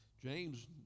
James